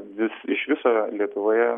vis iš viso lietuvoje